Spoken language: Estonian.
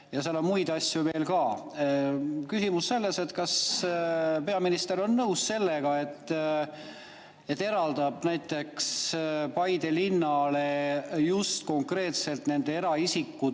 seal on muid asju veel ka. Küsimus on selles, kas peaminister on nõus, et eraldab näiteks Paide linnale just konkreetselt nende eraisikute